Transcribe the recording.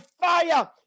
fire